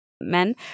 men